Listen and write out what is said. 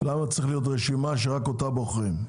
למה צריכה להיות רשימה שרק ממנה בוחרים?